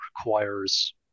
requires